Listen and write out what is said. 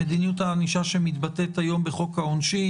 שמתבטאת היום בחוק העונשין,